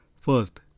First